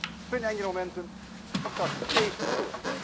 spin angular momentum will start to chase the torque.